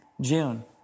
June